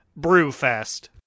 Brewfest